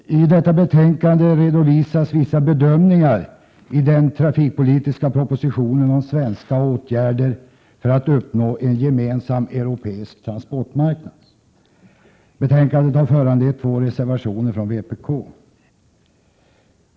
Herr talman! I detta betänkande redovisas vissa bedömningar i den trafikpolitiska propositionen om svenska åtgärder för att uppnå en gemensam europeisk transportmarknad. Betänkandet har föranlett två reservationer från vpk.